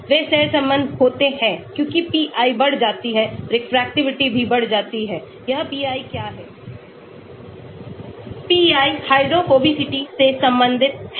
वे सहसंबद्ध होते हैं क्योंकि pi बढ़ जाती है रिफ्रैक्टिविटी भी बढ़ जाती है यह pi क्या है pi हाइड्रोफिलिसिटी से संबंधित है